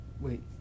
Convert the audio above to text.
wait